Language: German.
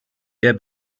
der